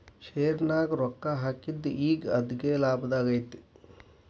ಶೆರ್ನ್ಯಾಗ ರೊಕ್ಕಾ ಹಾಕಿದ್ದು ಈಗ್ ಅಗ್ದೇಲಾಭದಾಗೈತಿ